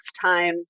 time